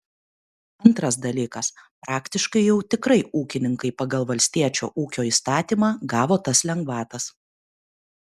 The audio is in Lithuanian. antras dalykas praktiškai jau tikrai ūkininkai pagal valstiečio ūkio įstatymą gavo tas lengvatas